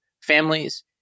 families